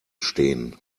stehen